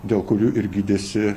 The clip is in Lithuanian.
dėl kurių ir gydėsi